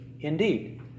indeed